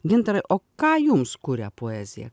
gintarai o ką jums kuria poeziją